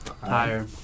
higher